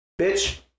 Bitch